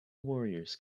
warriors